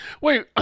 Wait